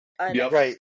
Right